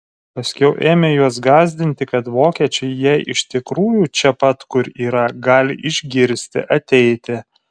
paskiau ėmė juos gąsdinti kad vokiečiai jei iš tikrųjų čia pat kur yra gali išgirsti ateiti